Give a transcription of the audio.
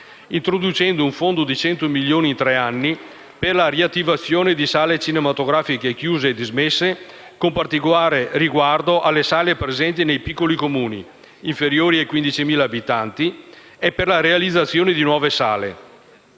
introducendo un fondo di 100 milioni in tre anni per la riattivazione di sale cinematografiche chiuse e dismesse, con particolare riguardo alle sale presenti nei Comuni più piccoli, inferiori a 15.000 abitanti, e per la realizzazione di nuove sale.